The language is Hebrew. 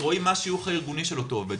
רואים מה השיוך הארגוני של אותו עובד,